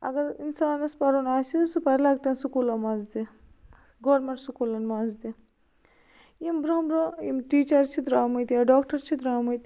اگر اِنسانس پَرُن آسہِ سُہ پَرِ لکٹٮ۪ن سکوٗلن منٛز تہِ گورمیٚنٛٹ سُکوٗلن منٛز تہِ یِم برٛوںٛہہ یِم ٹیٖچر چھِ درامٕتۍ یا ڈاکٹر چھِ درامٕتۍ